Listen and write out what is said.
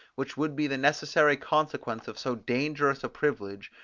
which would be the necessary consequence of so dangerous a privilege,